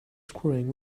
scrolling